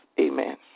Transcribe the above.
Amen